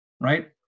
right